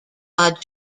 odd